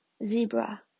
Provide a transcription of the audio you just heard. Zebra